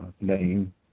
name